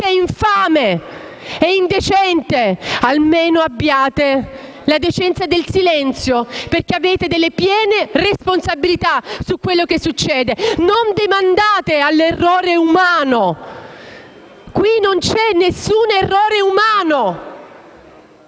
infame e indecente! Almeno abbiate la decenza del silenzio, perché avete piene responsabilità su quello che succede. Non demandate all'errore umano! Qui non c'è nessun errore umano.